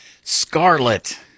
Scarlet